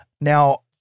now